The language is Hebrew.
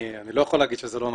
אני לא יכול להגיד שזה לא נכון.